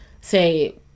say